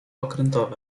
okrętowe